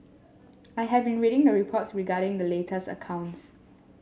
I have been reading the reports regarding the latest accounts